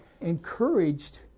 encouraged